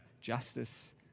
justice